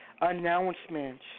announcements